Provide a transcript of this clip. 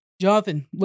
Jonathan